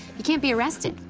you can't be arrested.